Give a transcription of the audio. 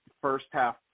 first-half